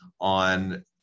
on